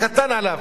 קטן עליו.